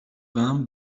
vingt